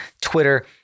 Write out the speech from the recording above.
Twitter